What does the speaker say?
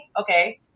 okay